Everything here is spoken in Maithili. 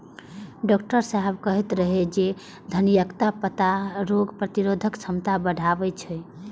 डॉक्टर साहेब कहैत रहै जे धनियाक पत्ता रोग प्रतिरोधक क्षमता बढ़बै छै